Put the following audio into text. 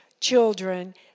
children